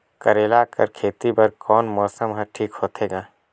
करेला कर खेती बर कोन मौसम हर ठीक होथे ग?